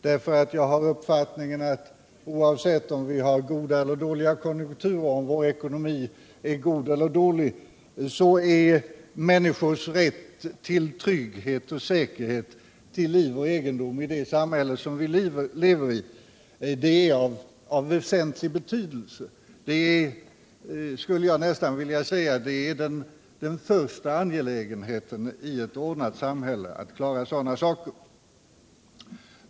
Jag har nämligen den uppfattningen att oavsett om vi har goda eller dåliga konjunkturer, om vår ekonomi är god eller dålig, är människors rätt till trygghet och säkerhet till liv och egendom i det samhälle som vi lever i av väsentlig betydelse. Jag skulle nästan vilja säga att det är den främsta uppgiften i ett ordnat samhälle att klara sådana saker.